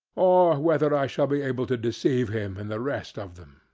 or whether i shall be able to deceive him and the rest of them.